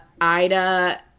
Ida